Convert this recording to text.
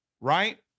Right